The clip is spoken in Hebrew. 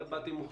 באתי מוכן.